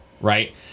right